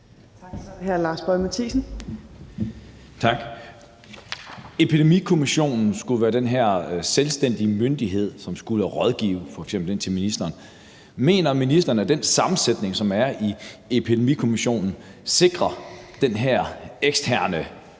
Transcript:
Tak. Epidemikommissionen skulle jo være den her selvstændige myndighed, som skulle rådgive f.eks. ministeren. Mener ministeren, at den sammensætning, som er i Epidemikommissionen, sikrer den her eksterne